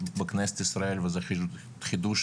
בכנסת ישראל, וזה חידוש